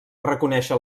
reconèixer